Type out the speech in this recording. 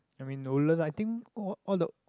I mean the Woodland I think all all the